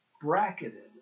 bracketed